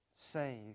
save